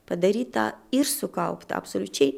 padaryta ir sukaupta absoliučiai